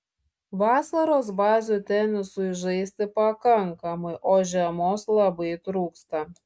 vasaros bazių tenisui žaisti pakankamai o žiemos labai trūksta